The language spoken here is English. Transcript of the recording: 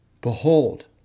Behold